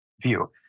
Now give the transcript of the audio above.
view